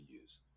use